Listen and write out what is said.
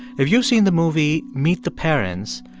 if you've seen the movie meet the parents,